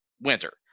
winter